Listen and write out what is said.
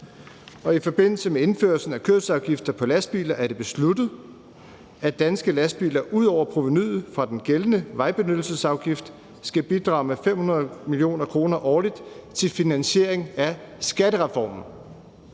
I forbindelse med indførelsen af kørselsafgifter på lastbiler er det besluttet, at danske lastbiler udover provenuet fra den gældende vejbenyttelsesafgift skal bidrage med 500 mio. kr. årligt til finansiering af skattereformen.«